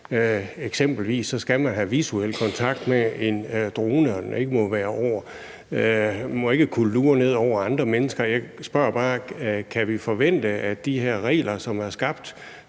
Eksempelvis skal man have visuel kontakt med en drone, og den må ikke kunne lure ned over andre mennesker. Jeg spørger bare: Kan vi forvente, at der i stedet for de her regler, som er skabt